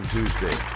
Tuesday